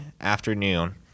afternoon